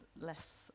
less